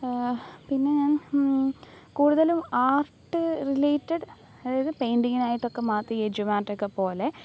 പിന്നെ ഞാൻ കൂടുതലും ആർട്ട് റിലേറ്റഡ് അതായത് പെയിൻ്റിങ്ങിനായിട്ടൊക്കെ മാത്രം ഈ ജുവാൻഡെക്കെ പോലെ